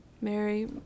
Mary